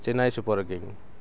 Chennai super king